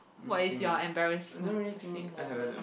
what is your embarassing moment